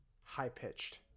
high-pitched